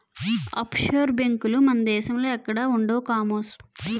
offshore బేంకులు మన దేశంలో ఎక్కడా ఉండవు కామోసు